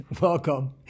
welcome